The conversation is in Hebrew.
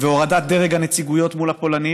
ועל הורדת דרג הנציגויות מול הפולנים